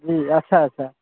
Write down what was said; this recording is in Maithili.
जी अच्छा अच्छा